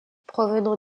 provenant